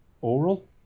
oral